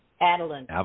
Adeline